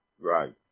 Right